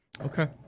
Okay